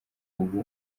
ubu